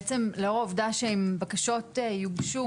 בעצם לאור העובדה שאם בקשות יוגשו